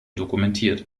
dokumentiert